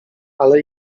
ale